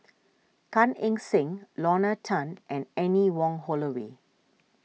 Gan Eng Seng Lorna Tan and Anne Wong Holloway